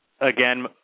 Again